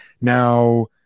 Now